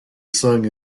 sung